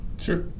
Sure